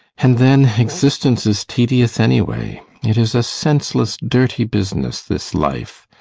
and then, existence is tedious, anyway it is a senseless, dirty business, this life,